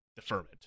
deferment